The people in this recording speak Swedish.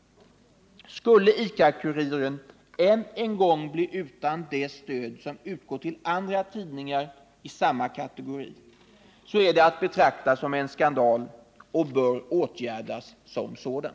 Skulle ICA-Kuriren ännu en gång bli utan det stöd som utgår till andra tidningar i samma kategori, så är det att betrakta som en skandal och bör åtgärdas som en sådan.